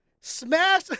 Smash